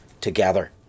together